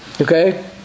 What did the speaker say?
Okay